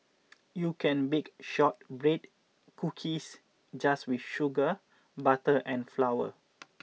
you can bake shortbread cookies just with sugar butter and flour